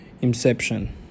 Inception